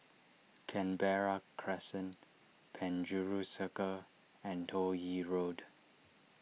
Canberra Crescent Penjuru Circle and Toh Yi Road